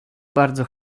bardzo